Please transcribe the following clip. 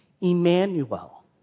Emmanuel